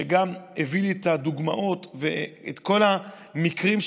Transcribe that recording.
שגם הביא לי את הדוגמאות ואת כל המקרים,